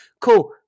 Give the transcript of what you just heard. Cool